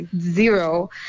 zero